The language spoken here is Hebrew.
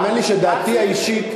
האמן לי שדעתי האישית,